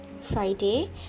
Friday